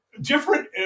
different